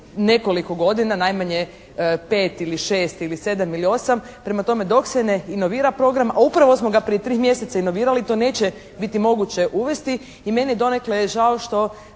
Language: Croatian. nekoliko godina, najmanje 5 ili 6 ili 7 ili 8. Prema tome, dok se ne inovira program, a upravo smo ga prije tri mjeseca inovirali to neće biti moguće uvesti i meni je donekle žao što